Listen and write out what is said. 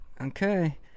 okay